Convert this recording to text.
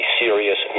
serious